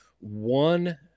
one